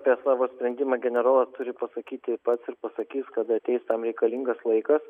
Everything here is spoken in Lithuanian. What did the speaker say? apie savo sprendimą generolas turi pasakyti pats ir pasakys kada ateis tam reikalingas laikas